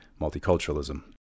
multiculturalism